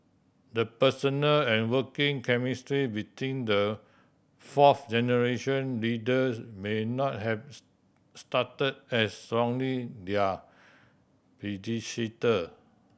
the personal and working chemistry between the fourth generation leaders may not have start as strongly their predecessor